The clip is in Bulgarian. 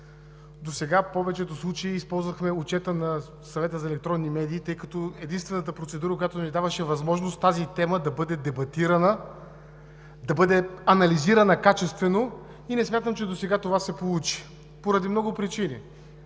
Досега в повечето случаи използвахме отчета на Съвета за електронни медии, тъй като единствената процедура, която ни даваше възможност тази тема да бъде дебатирана, да бъде анализирана качествено и не смятам, че досега това се получи поради много причини.